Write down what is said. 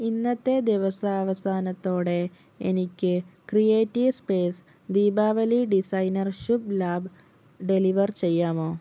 ഇന്നത്തെ ദിവസാവസാനത്തോടെ എനിക്ക് creative space Deepavali designer Shubh Labh deliver ചെയ്യാമോ